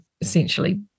essentially